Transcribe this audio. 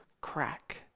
crack